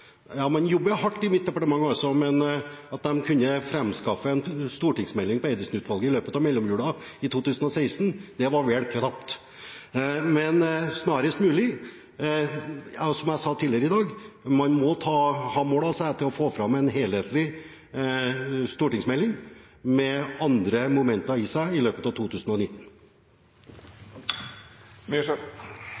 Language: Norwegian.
ja, man jobber hardt i mitt departement, men at de skulle framskaffe en stortingsmelding basert på Eidesen-utvalgets innstilling i løpet av romjulen 2016, var vel knapt med tid, men snarest mulig. Som jeg sa tidligere i dag, må man ta mål av seg til å få fram en helhetlig stortingsmelding med andre momenter i seg i løpet av 2019.